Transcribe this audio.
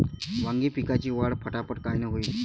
वांगी पिकाची वाढ फटाफट कायनं होईल?